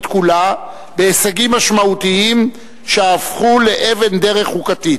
כולה בהישגים משמעותיים שהפכו לאבן דרך חקיקתית,